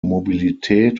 mobilität